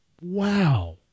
wow